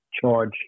charge